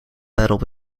battle